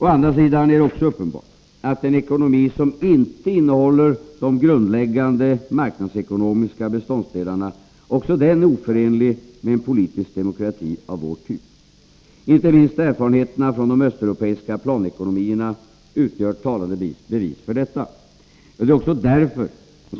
Å andra sidan är det också uppenbart att en ekonomi som inte innehåller de grundläggande marknadsekonomiska beståndsdelarna även den är oförenlig med en politisk demokrati av vår typ. Inte minst erfarenheterna från de östeuropeiska planekonomierna utgör talande bevis för detta — och det är också därför